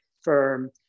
firm